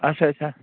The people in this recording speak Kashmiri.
اَچھا اَچھا